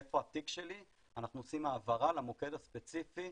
'איפה התיק שלי?' אנחנו עושים העברה למוקד הספציפי,